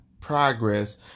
progress